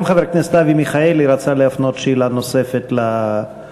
גם חבר הכנסת אברהם מיכאלי רצה להפנות שאלה נוספת לשר.